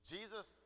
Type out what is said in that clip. Jesus